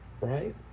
right